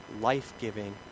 life-giving